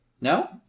No